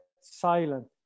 silent